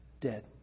dead